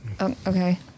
okay